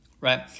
right